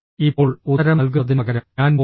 ഇപ്പോൾ ഉത്തരം നൽകുന്നതിനുപകരം ഞാൻ പോകുന്നു